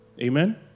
Amen